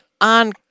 on